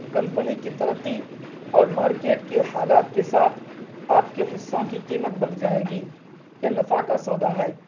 company کی ترقی اور مارکیٹ کے حالات کے ساتھ آپ کے حصوں کی قیمت بڑھ جائے گی یہ نفع کا سودا ہے